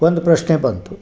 ಒಂದು ಪ್ರಶ್ನೆ ಬಂತು